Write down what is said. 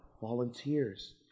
volunteers